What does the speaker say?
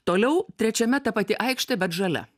toliau trečiame ta pati aikštė bet žalia